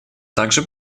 также